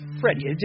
Freddie